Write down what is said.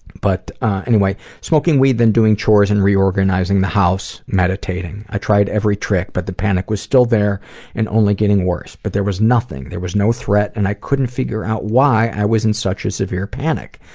but anyway, smoking weed, then doing chores and reorganizing the house, meditating. i tried every trick, but the panic was still there and only getting worse. but there was nothing. there was no threat and i couldn't figure out why i was in such a severe panic.